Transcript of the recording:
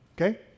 Okay